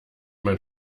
man